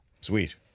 Sweet